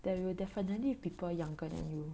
there will definitely be people younger than you